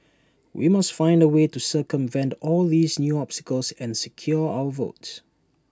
we must find A way to circumvent all these new obstacles and secure our votes